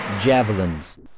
javelins